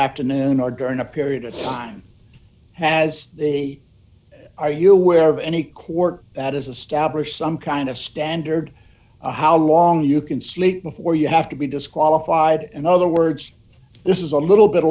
afternoon or during a period of time as they are you aware of any court that is a stab or some kind of standard how long you can sleep before you have to be disqualified in other words this is a little bit